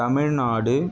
Tamil Nadu